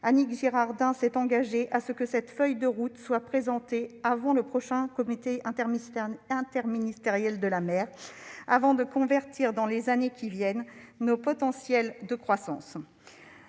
de la mer, s'est engagée à ce que cette feuille de route soit présentée avant le prochain comité interministériel de la mer afin de convertir, dans les années à venir, notre potentiel de croissance.